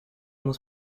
muss